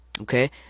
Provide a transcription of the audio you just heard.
Okay